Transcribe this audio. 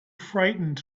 frightened